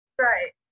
Right